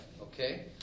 okay